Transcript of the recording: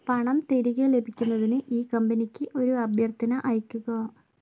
പണം തിരികെ ലഭിക്കുന്നതിന് ഈ കമ്പനിക്ക് ഒരു അഭ്യർത്ഥന അയയ്ക്കുക